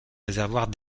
réservoirs